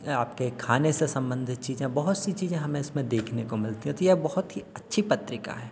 यह आपके खाने से सम्बन्धित चीज़ें बहुत सी चीज़ें हमें इसमें देखने को मिलती रहती हैं बहुत ही अच्छी पत्रिका है